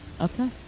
Okay